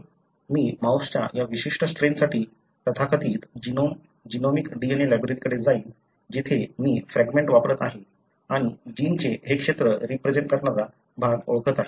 मी माउसच्या या विशिष्ट स्ट्रेनसाठी तथाकथित जीनोमिक DNA लायब्ररीकडे जाईन जिथे मी फ्रॅगमेंट वापरत आहे आणि जिनचे हे क्षेत्र रिप्रेझेन्ट करणारा भाग ओळखत आहे